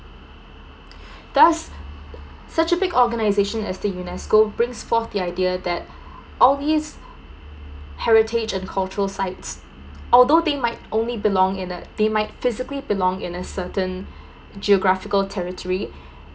thus such a big organization as the UNESCO brings forth the idea that all these heritage and cultural sites although they might only belong in it they might physically belong in a certain geographical territory